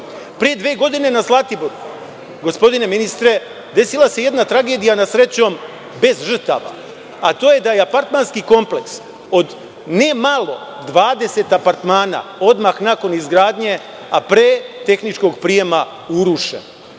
dve godine na Zlatiboru, gospodine ministre, desila se jedna tragedija, srećom bez žrtava, a to je da je apartmanski kompleks od ne malo, 20 apartmana odmah nakon izgradnje, a pre tehničkog prijema urušen.